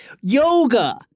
Yoga